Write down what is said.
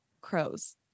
crows